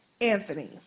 Anthony